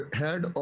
head